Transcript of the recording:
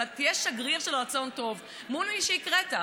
אבל תהיה שגריר של רצון טוב מול מי שקראת בשבילו.